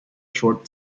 short